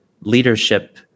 leadership